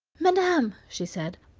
madam, she said,